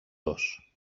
dos